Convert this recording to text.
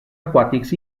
aquàtics